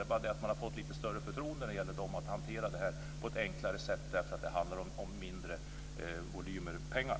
Det är bara det att man har fått lite större förtroende när det gäller att hantera det här på ett enklare sätt, eftersom det handlar om mindre volymer pengar.